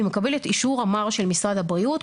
היא מקבלת אישור אמ"ר ממשרד הבריאות.